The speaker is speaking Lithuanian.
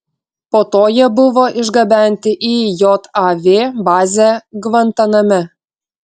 po to jie buvo išgabenti į jav bazę gvantaname